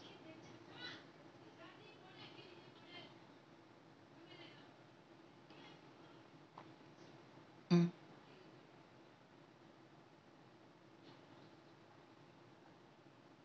mm